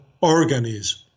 organism